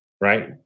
right